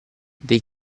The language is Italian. dei